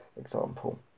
example